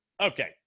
Okay